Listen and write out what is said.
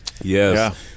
yes